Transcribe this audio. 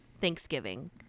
Thanksgiving